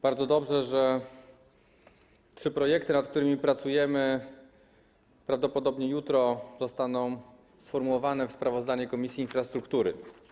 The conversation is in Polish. Bardzo dobrze, że jeśli chodzi o trzy projekty, nad którymi pracujemy, to prawdopodobnie jutro zostaną sformułowane sprawozdania Komisji Infrastruktury.